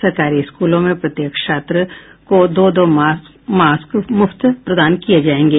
सरकारी स्कूलों में प्रत्येक छात्र को दो दो फेस मास्क मुफ्त प्रदान किए जाएंगे